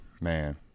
man